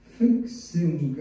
fixing